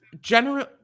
General